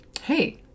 hey